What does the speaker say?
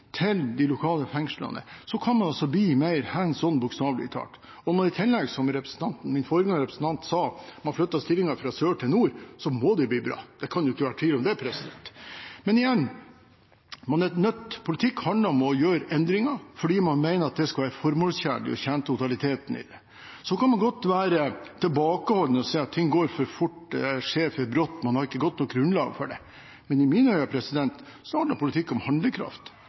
til de lokale fengslene kan man bli mer «hands-on» – bokstavelig talt. Når man i tillegg, som den foregående representanten sa, flytter stillinger fra sør til nord, må det bli bra – det kan ikke være tvil om det. Men igjen: Politikk handler om å gjøre endringer fordi man mener at det skal være formålstjenlig og tjene totaliteten i det. Så kan man godt være tilbakeholden og si at ting går for fort, det skjer for brått, man har ikke godt nok grunnlag for det, men i mine øyne handler politikk om handlekraft, handlekraft til å utfordre, handlekraft til å være tydelig på målene man har satt seg. Det